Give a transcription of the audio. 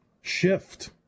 shift